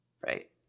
right